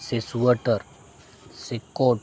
ᱥᱮ ᱥᱩᱭᱮᱴᱟᱨ ᱥᱮ ᱠᱳᱴ